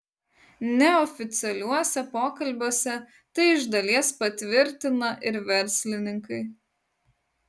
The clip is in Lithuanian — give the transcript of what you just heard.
neoficialiuose pokalbiuose tai iš dalies patvirtina ir verslininkai